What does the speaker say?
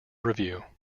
review